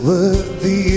Worthy